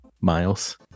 Miles